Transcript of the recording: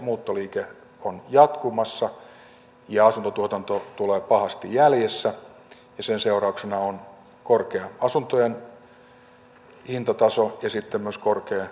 muuttoliike on jatkumassa ja asuntotuotanto tulee pahasti jäljessä ja sen seurauksena on korkea asuntojen hintataso ja sitten myös korkea vuokrataso